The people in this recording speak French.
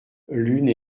l’une